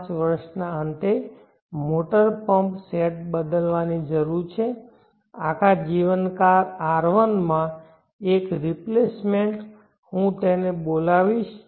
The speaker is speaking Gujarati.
5 વર્ષના અંતે મોટર મોટર પંપ સેટને બદલવાની જરૂર છે આખા જીવનકાળ R1 માં એક રિપ્લેસમેન્ટ હું તેને બોલાવીશ